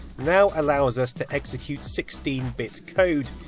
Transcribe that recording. now allows us to execute sixteen bit code.